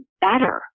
better